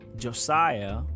Josiah